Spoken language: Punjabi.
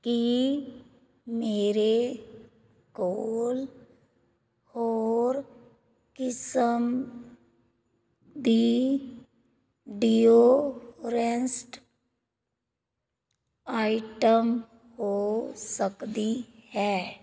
ਕੀ ਮੇਰੇ ਕੋਲ ਹੋਰ ਕਿਸਮ ਦੀ ਡੀਓਡਰੈਂਟਸ ਆਈਟਮ ਹੋ ਸਕਦੀ ਹੈ